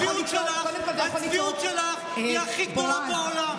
הצביעות שלך היא הכי גרועה בעולם,